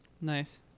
Nice